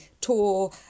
tour